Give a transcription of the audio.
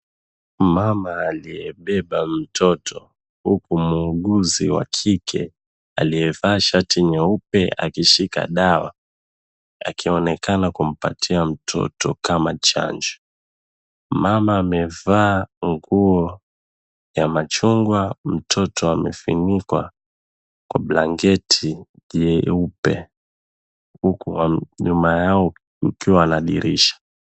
Mama aliyebeba mtoto huku muuguzi wa kike aliyevaa shati nyeupe akishika dawa akionekana kumpatia mtoto kama chanjo. Mama amevaa nguo ya machungwa. Mtoto amefunikwa kwa blanketi jeupe huku nyuma yao kukiwa na dirisha.